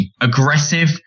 aggressive